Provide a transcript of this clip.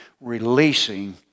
Releasing